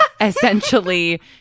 essentially